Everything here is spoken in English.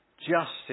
justice